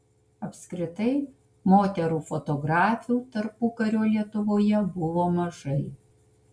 apskritai moterų fotografių tarpukario lietuvoje buvo mažai